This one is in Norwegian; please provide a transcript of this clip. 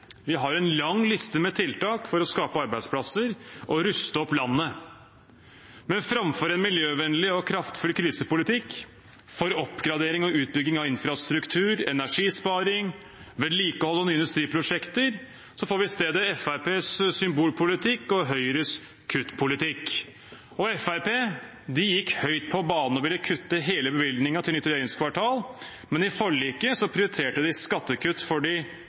Vi har en lang liste med tiltak for å skape arbeidsplasser og ruste opp landet. Men framfor en miljøvennlig og kraftfull krisepolitikk for oppgradering og utbygging av infrastruktur, energisparing, vedlikehold og nye industriprosjekter får vi i stedet Fremskrittspartiets symbolpolitikk og Høyres kuttpolitikk. Fremskrittspartiet gikk høyt på banen og ville kutte hele bevilgningen til nytt regjeringskvartal, men i forliket prioriterte de skattekutt for de